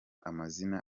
amazina